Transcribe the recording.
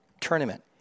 tournament